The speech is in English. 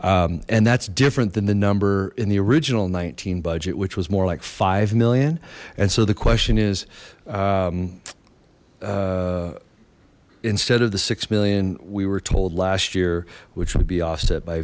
year and that's different than the number in the original nineteen budget which was more like five million and so the question is instead of the six million we were told last year which would be offset by